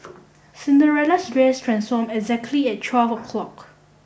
Cinderella's dress transformed exactly at twelve o'clock